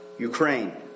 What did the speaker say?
Ukraine